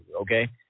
okay